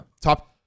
top